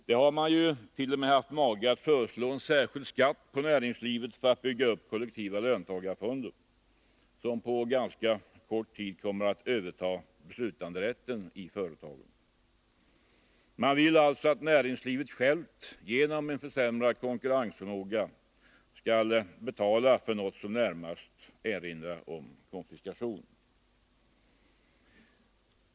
De har t.o.m. haft mage att föreslå en särskild skatt på näringslivet för att bygga upp kollektiva löntagarfonder, som på ganska kort tid kommer att överta beslutanderätten i företagen. Socialdemokraterna vill alltså att näringslivet självt genom försämrad konkurrensförmåga skall betala för något som närmast erinrar om konfiskation.